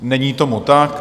Není tomu tak.